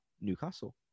Newcastle